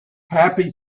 happy